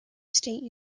state